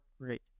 great